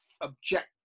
object